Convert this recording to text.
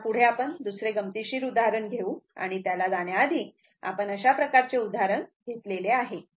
आता पुढे आपण दुसरे गमतीशीर उदाहरण घेऊ आणि त्याला जाण्याआधी आपण अशा प्रकारचे उदाहरण घेतले आहे